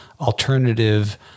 alternative